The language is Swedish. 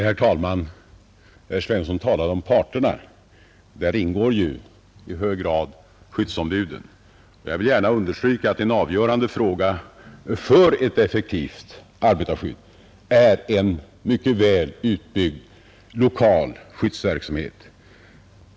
Herr talman! Herr Svensson i Malmö talade om parterna. Till dessa hör otvivelaktigt skyddsombuden, och jag vill understryka att en avgörande fråga för ett effektivt arbetarskydd är en mycket väl utbyggd lokal skyddsverksamhet.